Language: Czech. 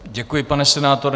Děkuji, pane senátore.